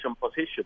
position